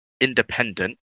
independent